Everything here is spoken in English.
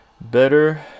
better